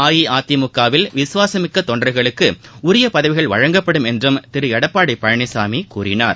அஇஅதிமுக வில் விசுவாசமிக்கதொண்டர்களுக்குஉரியபதவிகள் வழங்கப்படும் என்றும் திருஎடப்பாடிபழனிசாமிகூறினார்